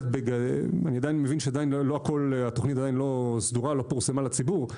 אני מבין שהתוכנית עדיין לא סדורה ולא פורסמה לציבור,